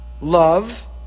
Love